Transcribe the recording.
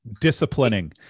Disciplining